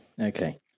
Okay